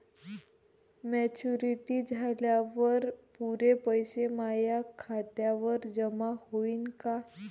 Maturity झाल्यावर पुरे पैसे माया खात्यावर जमा होईन का?